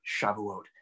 Shavuot